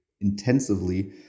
intensively